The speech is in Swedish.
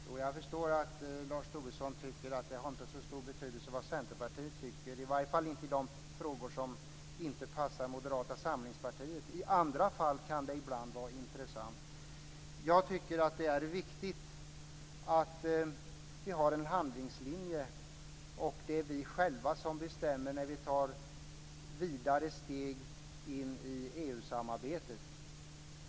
Fru talman! Jag förstår att Lars Tobisson tycker att det inte har så stor betydelse vad Centerpartiet tycker, i alla fall inte i de frågor som inte passar Moderata samlingspartiet. I andra kan det ibland vara intressant. Jag tycker att det är viktigt att vi har en handlingslinje. Det är vi själva som bestämmer när vi tar vidare steg in i EU-samarbetet.